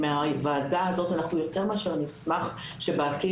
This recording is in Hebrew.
שמהוועדה הזאת אנחנו יותר מאשר נשמח שבעתיד